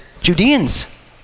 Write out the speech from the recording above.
Judeans